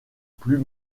plus